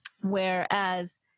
Whereas